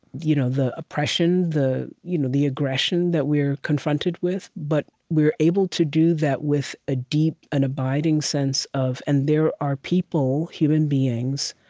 you know the oppression, the you know the aggression that we're confronted with, but we're able to do that with a deep and abiding sense sense of and there are people, human beings,